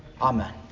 Amen